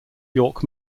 york